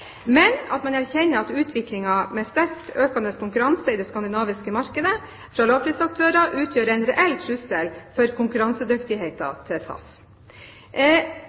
man erkjenner at utviklingen med sterkt økende konkurranse i det skandinaviske markedet fra lavprisaktører utgjør en reell trussel mot konkurransedyktigheten til SAS.